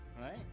Right